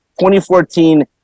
2014